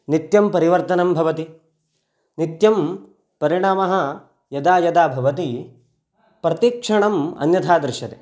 नित्यं परिवर्तनं भवति नित्यं परिणामः यदा यदा भवति प्रतीक्षणम् अन्यथा दृश्यते